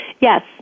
Yes